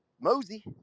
mosey